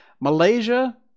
Malaysia